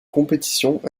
compétitions